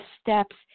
steps